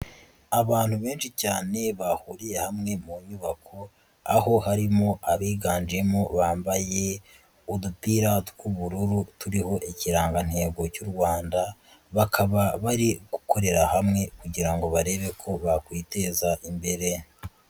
Abantu benshi cyane bahuriye hamwe mu nyubako aho harimo abiganjemo bambaye udupira tw'ubururu turiho ikirangantego cy'u Rwanda, bakaba bari gukorera hamwe kugira ngo barebe ko bakwiteza imbere.